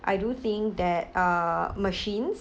I do think that uh machines